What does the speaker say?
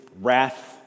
wrath